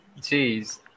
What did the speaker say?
Jeez